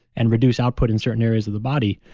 and reduce output in certain areas of the body.